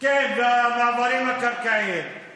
אז החל מפברואר 2021